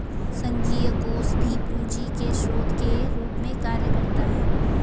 संघीय कोष भी पूंजी के स्रोत के रूप में कार्य करता है